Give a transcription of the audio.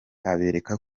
abereka